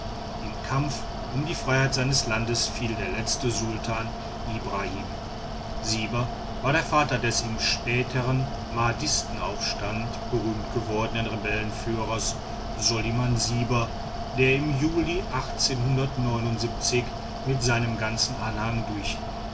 im kampf um die freiheit seines landes fiel der letzte sultan ibrahim siber war der vater des im spätern mahdistenaufstand berühmt gewordenen rebellenführers soliman siber der im juli mit seinem ganzen anhang durch